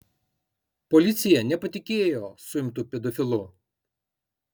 policija nepatikėjo suimtu pedofilu